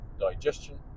digestion